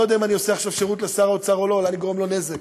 לא יודע אם אני עכשיו עושה שירות לשר האוצר או גורם לו נזק,